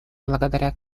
благодаря